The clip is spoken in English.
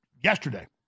yesterday